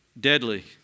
deadly